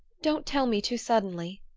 don't tell me too suddenly!